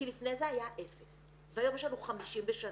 כי לפני זה היה אפס והיום יש לנו 50 בשנה.